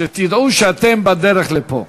שתדעו שאתם בדרך לפה.